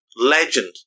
legend